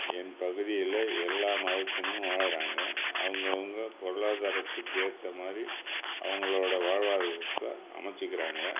என் பகுதியில் எல்லா மதத்தினரும் வாழுகிறாங்க அவங்க அவங்க பொருளாதாரத்துக்கு ஏற்ற மாதிரி அவங்களோட வாழ்வாதாரத்தை அமைச்சிக்கிறாங்க